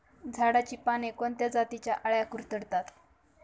झाडाची पाने कोणत्या जातीच्या अळ्या कुरडतात?